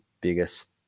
biggest